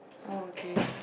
oh okay